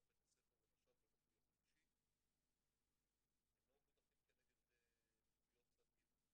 בית הספר למחויבות אישית הם לא מבוטחים כנגד תביעות צד ג'.